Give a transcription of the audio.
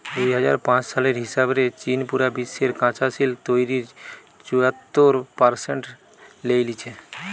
দুই হাজার পাঁচ সালের হিসাব রে চীন পুরা বিশ্বের কাচা সিল্ক তইরির চুয়াত্তর পারসেন্ট লেই লিচে